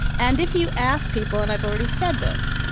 and if you ask people, and i've already said this,